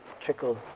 trickled